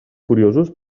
curiosos